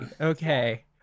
Okay